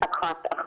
073-3931111